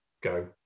go